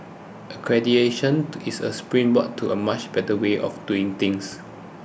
accreditation to is a springboard to a much better way of doing things